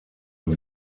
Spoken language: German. und